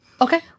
Okay